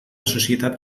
societat